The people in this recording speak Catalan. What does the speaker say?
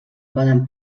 poden